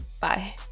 bye